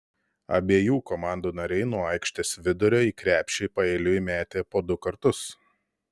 abiejų komandų nariai nuo aikštės vidurio į krepšį paeiliui metė po du kartus